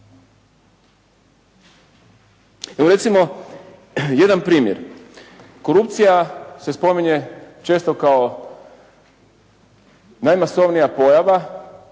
Evo recimo jedan primjer. Korupcija se spominje često kao najmasovnija pojava